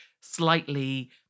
slightly